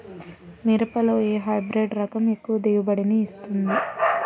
మిరపలో ఏ హైబ్రిడ్ రకం ఎక్కువ దిగుబడిని ఇస్తుంది?